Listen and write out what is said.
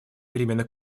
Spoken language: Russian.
перемены